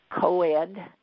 co-ed